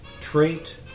trait